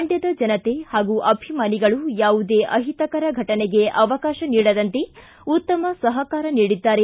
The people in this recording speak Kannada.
ಮಂಡ್ಕದ ಜನತೆ ಪಾಗೂ ಅಭಿಮಾನಿಗಳು ಯಾವುದೇ ಅಹಿತಕರ ಫಟನೆಗೆ ಅವಕಾಶ ನೀಡದಂತೆ ಉತ್ತಮ ಸಹಕಾರ ನೀಡಿದ್ದಾರೆ